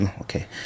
Okay